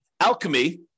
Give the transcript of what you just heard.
Alchemy